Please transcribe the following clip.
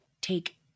take